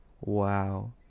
Wow